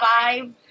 five